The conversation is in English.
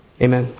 Amen